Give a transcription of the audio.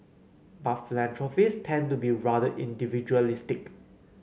but philanthropist tend to be rather individualistic